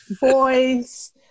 boys